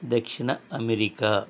దక్షిణ అమెరికా